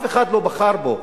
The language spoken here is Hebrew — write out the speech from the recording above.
אף אחד לא בחר בו.